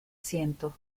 siento